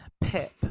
pip